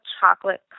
chocolate